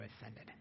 ascended